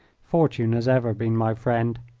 fortune has ever been my friend.